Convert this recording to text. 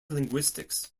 linguistics